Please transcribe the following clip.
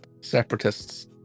separatists